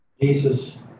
Jesus